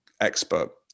expert